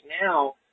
now